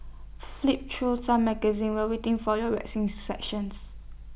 flick through some magazines while waiting for your waxing sessions